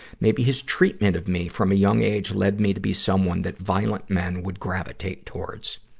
maybe his treatment of me from a young age led me to be someone that violent men would gravitate towards.